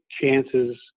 chances